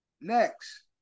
Next